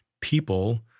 people